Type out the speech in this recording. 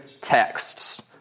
texts